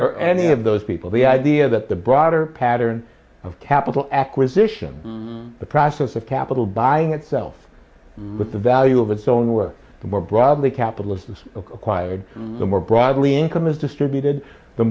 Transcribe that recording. or any of those people the idea that the broader pattern of capital acquisition the process of capital buying itself with the value of its own worth the more broadly capitalist has acquired the more broadly income is distributed the